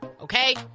Okay